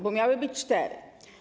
Bo miały być cztery.